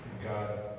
God